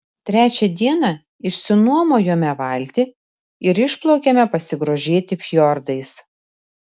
trečią dieną išsinuomojome valtį ir išplaukėme pasigrožėti fjordais